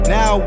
Now